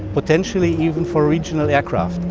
potentially even for regional aircraft.